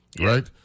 right